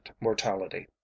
Mortality